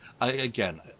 Again